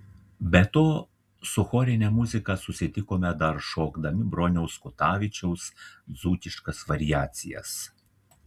be to su chorine muzika susitikome dar šokdami broniaus kutavičiaus dzūkiškas variacijas